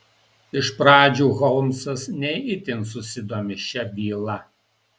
iš pradžių holmsas ne itin susidomi šia byla